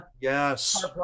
Yes